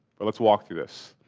but let's walk through this.